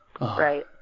right